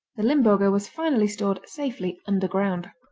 the limburger was finally stored safely underground.